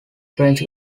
french